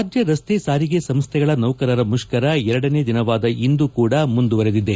ರಾಜ್ಯ ರಸ್ತೆ ಸಾರಿಗೆ ಸಂಸ್ಥೆಗಳ ನೌಕರರ ಮುಷ್ಠರ ಎರಡನೇ ದಿನವಾದ ಇಂದು ಕೂಡ ಮುಂದುವರಿದಿದೆ